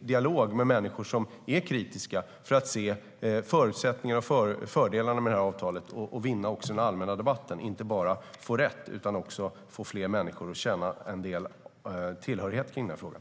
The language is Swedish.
dialog med människor som är kritiska, både för att se förutsättningar och fördelar med avtalet och för att vinna den allmänna debatten. Det handlar inte bara om att få rätt utan också om att få fler människor att känna tillhörighet i frågan.